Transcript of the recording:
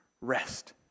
rest